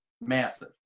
Massive